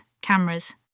cameras